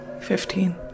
Fifteen